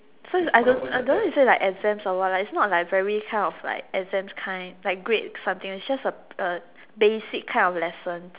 so is I don't I don't know is it like exams or what lah is not like very kind of like exams kind like grades something is just a A basic kind of lesson